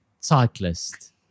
cyclist